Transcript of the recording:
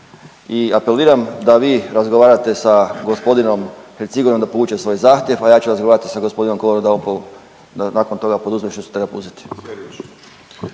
i apeliram da vi razgovarate sa g. Hercigonjom da povuče svoj zahtjev, a ja ću razgovarati sa g. Kolarom da on nakon toga poduzme što se treba poduzeti.